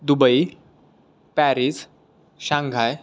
Dubai Paris Shanghai